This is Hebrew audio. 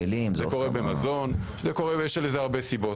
זה קורה במזון, יש לזה הרבה סיבות.